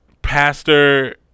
Pastor